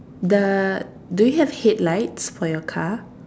the do you have headlights for your car